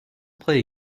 play